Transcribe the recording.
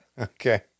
Okay